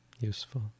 Useful